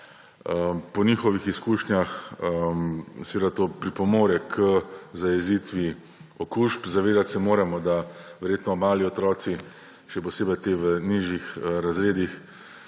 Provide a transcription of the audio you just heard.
Po njihovih izkušnjah seveda to pripomore k zajezitvi okužb. Zavedati se moramo, da verjetno mali otroci, še posebej ti v nižjih razredih